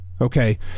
Okay